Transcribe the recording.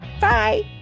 Bye